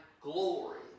glory